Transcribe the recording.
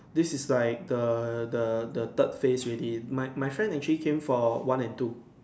this is like the the the third phase already my my friends actually come for one and two